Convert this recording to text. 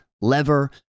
lever